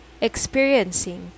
experiencing